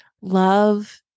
love